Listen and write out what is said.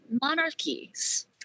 monarchies